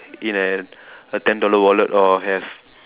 in a a ten dollar wallet or have